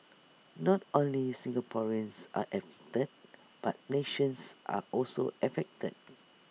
not only Singaporeans are affected but Malaysians are also affected